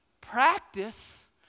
Practice